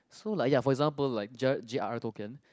so like ya for example like j~ J_R Tolkien